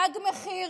תג מחיר